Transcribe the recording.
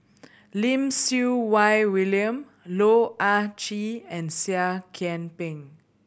Lim Siew Wai William Loh Ah Chee and Seah Kian Peng